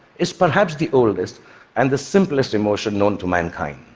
is perhaps the oldest and the simplest emotion known to mankind,